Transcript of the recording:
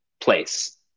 place